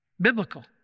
Biblical